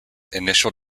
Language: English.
initial